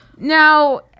Now